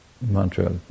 mantra